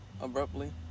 abruptly